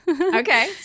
Okay